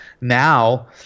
now